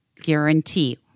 guarantee